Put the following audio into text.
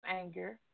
anger